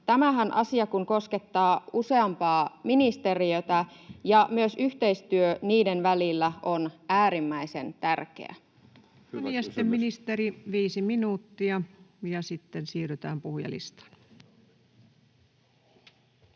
Tämä asiahan koskettaa useampaa ministeriötä, ja myös yhteistyö niiden välillä on äärimmäisen tärkeää.